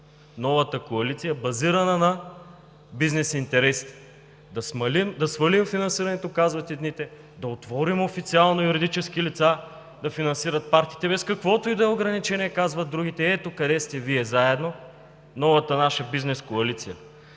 новата коалиция, базирана на бизнес интересите: да свалим финансирането – казват едните, да отворим официално юридически лица да финансират партиите, без каквото и да е ограничение – казват другите. Ето къде Вие сте заедно – новата наша бизнес коалиция.